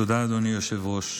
תודה, אדוני היושב-ראש.